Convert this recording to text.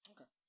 Okay